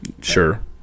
Sure